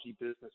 business